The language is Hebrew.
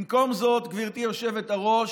במקום זאת, גברתי יושבת-הראש,